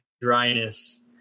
dryness